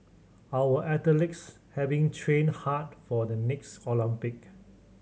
our athletes have been train hard for the next Olympic